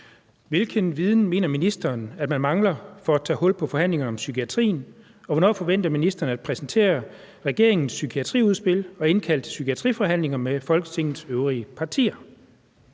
Hvilken viden mener ministeren at man mangler for at tage hul på forhandlinger om psykiatrien, og hvornår forventer ministeren at præsentere regeringens psykiatriudspil og indkalde til psykiatriforhandlinger med Folketingets øvrige partier?